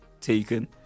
taken